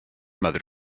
mother